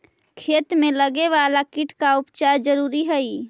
खेत में लगे वाला कीट का उपचार जरूरी हई